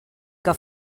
que